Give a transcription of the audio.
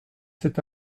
cet